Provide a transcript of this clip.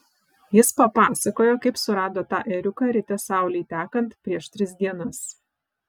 jis papasakojo kaip surado tą ėriuką ryte saulei tekant prieš tris dienas